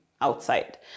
outside